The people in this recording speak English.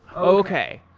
okay.